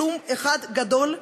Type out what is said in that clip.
כלום אחד גדול,